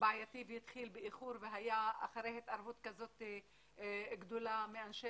בעייתי והתחיל באיחור והיה אחרי התערבות גדולה של אנשי